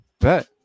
bet